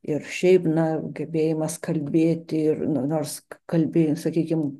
ir šiaip na gebėjimas kalbėti ir nors kai kalbi sakykim